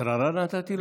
שררה נתתי לכם?